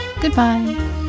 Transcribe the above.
goodbye